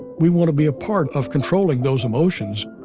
we want to be a part of controlling those emotions.